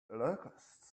locusts